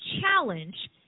challenge